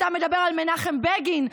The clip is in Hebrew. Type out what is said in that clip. אתה מדבר על מנחם בגין,